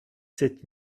sept